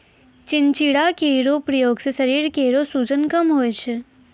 चिंचिड़ा केरो प्रयोग सें शरीर केरो सूजन कम होय छै